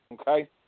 Okay